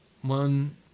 one